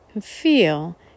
feel